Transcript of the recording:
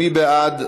מי בעד?